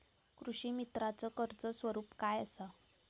कृषीमित्राच कर्ज स्वरूप काय असा?